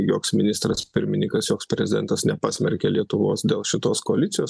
joks ministras pirmininkas joks prezidentas nepasmerkė lietuvos dėl šitos koalicijos